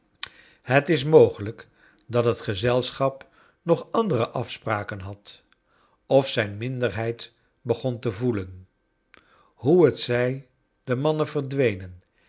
het is mogelijk dat het gezelschap nog andere afsprakea had of zijn minderheid begon te voelen hoe t zij de mannen verdwenen